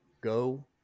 Go